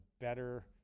better